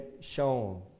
shown